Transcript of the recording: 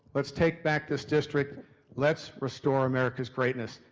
let's take back this district let's restore america's greatness.